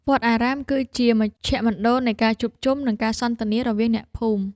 វត្តអារាមគឺជាមជ្ឈមណ្ឌលនៃការជួបជុំ និងការសន្ទនារវាងអ្នកភូមិ។